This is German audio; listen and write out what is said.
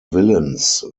willens